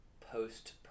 post